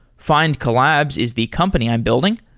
findcollabs is the company i'm building.